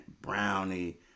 brownie